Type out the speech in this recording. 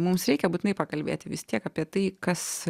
mums reikia būtinai pakalbėti vis tiek apie tai kas